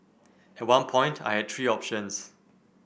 at one point I had three options